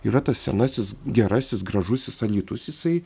yra tas senasis gerasis gražusis alytus jisai